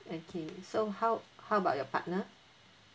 okay so how how about your partner